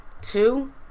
two